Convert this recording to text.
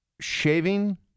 shaving